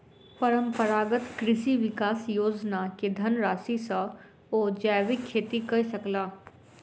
परंपरागत कृषि विकास योजना के धनराशि सॅ ओ जैविक खेती कय सकला